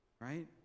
right